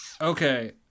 Okay